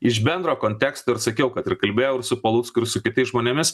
iš bendro konteksto ir sakiau kad ir kalbėjau ir su palucku ir su kitais žmonėmis